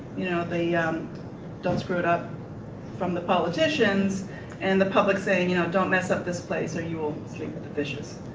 you know don't screw it up from the politicians and the public saying you know don't mess up this place or you will sleep with the fishes.